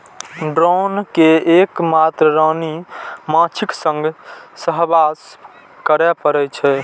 drone कें एक मात्र रानी माछीक संग सहवास करै पड़ै छै